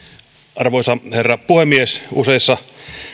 arvoisa herra puhemies useissa